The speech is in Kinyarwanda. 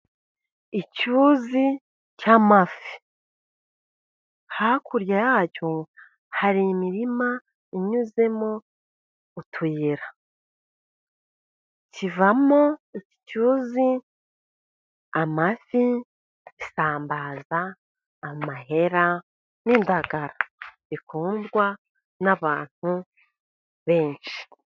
Icyuzi cy'amafi, hakurya yacyo hari imirima inyuzemo utuyira, icyuzi kivamo amafi, isambaza, amahera, n'indagara . Bikundwa n'abantu benshi.